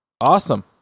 Awesome